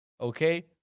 okay